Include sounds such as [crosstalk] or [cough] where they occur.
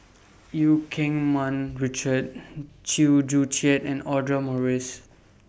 EU Keng Mun Richard [noise] Chew Joo Chiat and Audra Morrice